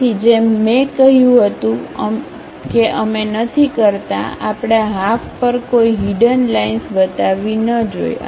તેથી જેમ મેં કહ્યું હતું કે અમે નથી કરતા આપણે આ હાફપર કોઈ હિડન લાઈનસ બતાવી ન જોઈએ